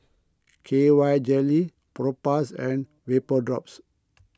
K Y Jelly Propass and Vapodrops